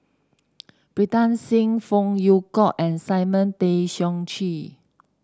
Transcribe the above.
Pritam Singh Phey Yew Kok and Simon Tay Seong Chee